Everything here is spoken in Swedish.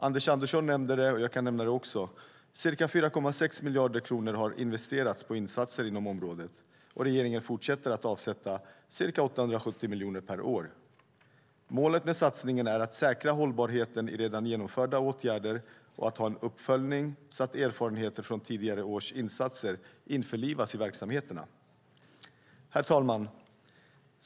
Anders Andersson nämnde det, och jag kan också nämna att ca 4,6 miljarder kronor har investerats på insatser inom området, och regeringen fortsätter att avsätta ca 870 miljoner per år. Målet med satsningen är att säkra hållbarheten i redan genomförda åtgärder och att ha en uppföljning så att erfarenheter från tidigare års insatser införlivas i verksamheterna. Herr talman!